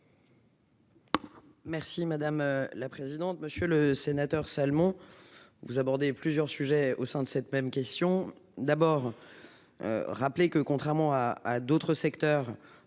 Merci madame la présidente, monsieur le sénateur Salmon vous aborder plusieurs sujets au sein de cette même question d'abord. Rappeler que contrairement à d'autres secteurs.